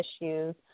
issues